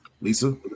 Lisa